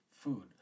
food